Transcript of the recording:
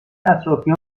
اطرافیام